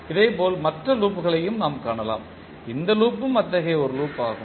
இதேபோல் மற்ற லூப்களையும் நாம் காணலாம் இந்த லூப் ம் அத்தகைய ஒரு லூப் ஆகும்